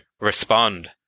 respond